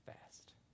fast